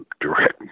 direct